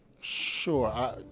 Sure